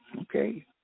Okay